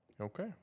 Okay